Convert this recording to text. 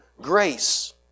grace